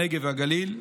הנגב והגליל.